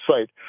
site